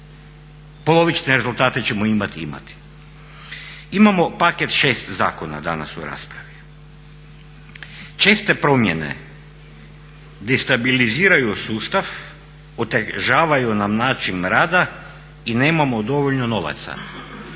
polovične rezultate ćemo imati. Imamo paket 6 zakona danas u raspravi. Česte promjene destabiliziraju sustav, otežavaju nam način rada i nemamo dovoljno novaca.